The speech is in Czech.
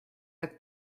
tak